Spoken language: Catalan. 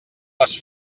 les